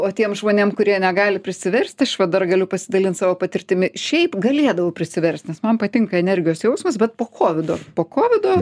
o tiem žmonėm kurie negali prisiversti aš va dar galiu pasidalint savo patirtimi šiaip galėdavau prisiverst nes man patinka energijos jausmas bet po kovido po kovido